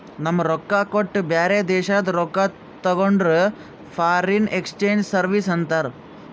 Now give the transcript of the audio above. ನಮ್ ರೊಕ್ಕಾ ಕೊಟ್ಟು ಬ್ಯಾರೆ ದೇಶಾದು ರೊಕ್ಕಾ ತಗೊಂಡುರ್ ಫಾರಿನ್ ಎಕ್ಸ್ಚೇಂಜ್ ಸರ್ವೀಸ್ ಅಂತಾರ್